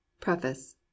Preface